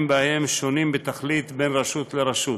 בהם שונים בתכלית בין רשות לרשות.